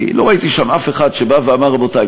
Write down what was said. לא ראיתי שם אף אחד שאמר: רבותי,